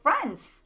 friends